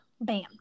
bam